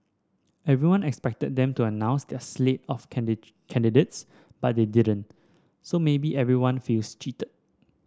everyone expected them to announce their slate of candidates but they didn't so maybe everyone feels cheated